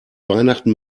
weihnachten